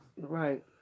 Right